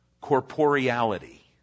Corporeality